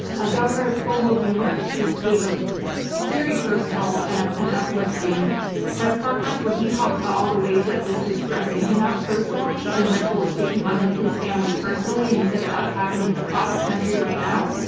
ah governor cuomo of new york just gave a very personal and an uplifting press conference where he talked about all the ways that this is stressing him out personally and what a toll it's taking on his family personally. and he said that that's happening across the country right now.